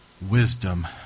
wisdom